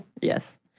Yes